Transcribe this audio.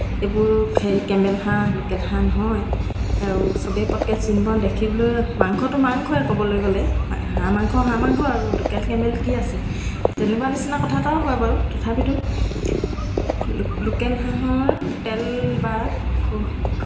বিচনা চাদৰ ৰুমালৰ কাপোৰ মোক দিয়ে মোক মানে সব বস্তু যোগাৰ কৰি দিয়ে তেতিয়াতো মোৰ ওচৰত পইচা নাছিলে নহ্ মই ক'ৰ পৰা কিনি ল'ম সেইকাৰণে নবৌহঁতে সব বস্তু যোগাৰ কৰি দিয়ে মোক তাৰপিছত মই বনাই দিওঁ বনাই দিয়া হৈ কিবা এটা পইচা লৈছিলোঁ আৰু তাৰপিছত